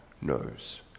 knows